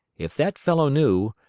if that fellow knew,